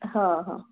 હં હં